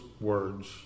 words